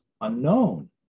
unknown